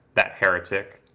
that heretic,